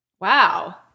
Wow